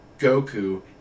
Goku